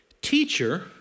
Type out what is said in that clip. teacher